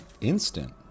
instant